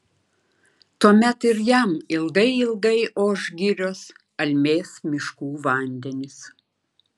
tuomet ir jam ilgai ilgai oš girios almės miškų vandenys